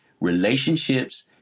Relationships